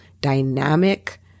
dynamic